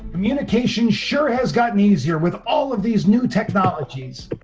communication sure has gotten easier with all of these new technologies.